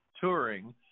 touring